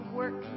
work